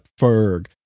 Ferg